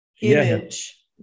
image